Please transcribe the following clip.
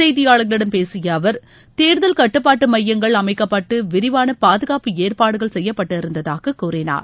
செய்தியாளர்களிடம் பேசிய அவர் தேர்தல் கட்டுப்பாட்டு மையங்கள் அமைக்கப்பட்டு விரிவாள பாதுகாப்பு ஏற்பாடுகள் செய்யப்பட்டிருந்ததாகக் கூறினார்